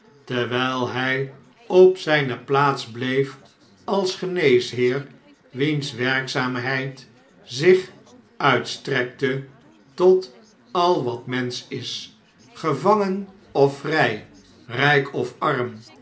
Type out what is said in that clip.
terwjjl hij op zijne plaats bleef als geneesheer wiens werkzaamheid zich uitstrekte tot al wat mensch is gevangen of vrij rijk of arm